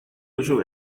duzu